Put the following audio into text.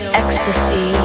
ecstasy